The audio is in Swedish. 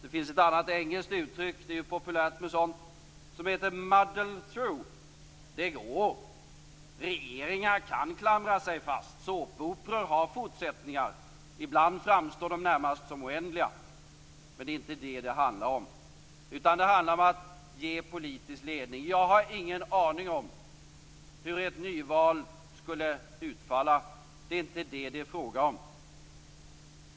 Det finns också ett annat engelskt uttryck - det är ju populärt med sådana - som lyder muddle through, dvs. det går. Regeringar kan klamra sig fast. Såpoperor har fortsättningar. Ibland framstår de närmast som oändliga. Men det är inte vad det handlar om. Det handlar om politisk ledning. Jag har ingen aning om hur ett nyval skulle utfalla. Det är inte vad det är frågan om.